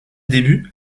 débuts